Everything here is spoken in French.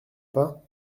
pas